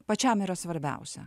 pačiam yra svarbiausia